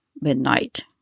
midnight